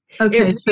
Okay